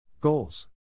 Goals